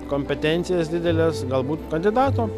kompetencijas dideles galbūt kandidato